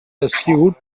rescued